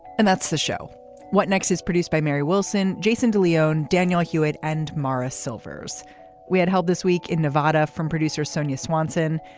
and that's the show what next is produced by mary wilson. jason de leon, daniel hewitt and morris silvers we had held this week in nevada from producer sonia swanson.